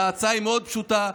ההצעה היא מאוד פשוטה,